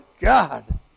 God